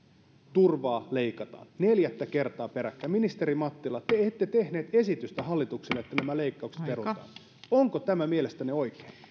turvaa leikataan neljättä kertaa peräkkäin ministeri mattila te ette tehnyt hallitukselle esitystä että nämä leikkaukset perutaan onko tämä mielestänne oikein